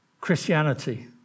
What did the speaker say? Christianity